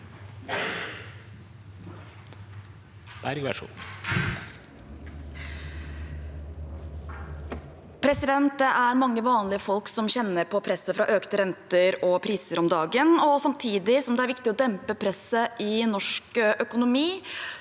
Det er mange vanlige folk som kjenner på presset fra økte renter og økte priser om dagen. Samtidig som det er viktig å dempe presset i norsk økonomi,